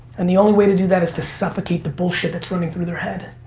and the only way to do that is to suffocate the bullshit that's running through their head.